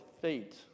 fate